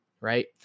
right